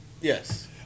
Yes